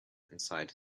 inside